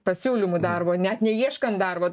pasiūlymų darbo net neieškan darbo